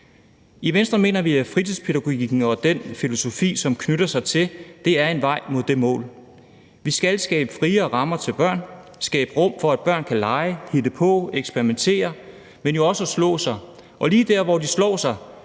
I Venstre mener vi, at fritidspædagogikken og den filosofi, som knytter sig dertil, er en vej mod det mål. Vi skal skabe friere rammer til børn og skabe rum for, at børn kan lege, hitte på og eksperimentere, men jo også slå sig, og lige der, hvor de slår sig,